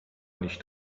nicht